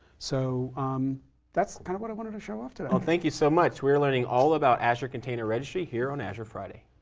so that's kind of what i wanted to show off today. well, thank you so much. we're learning all about azure container registry here on azure friday.